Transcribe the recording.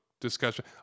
discussion